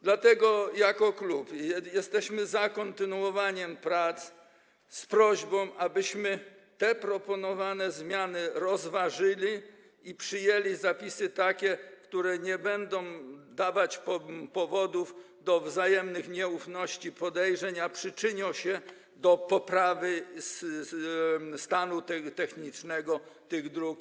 Dlatego jako klub jesteśmy za kontynuowaniem prac, z prośbą, abyśmy te proponowane zmiany rozważyli i przyjęli takie zapisy, które nie będą dawać powodów do wzajemnych nieufności, podejrzeń, natomiast przyczynią się do poprawy stanu technicznego dróg.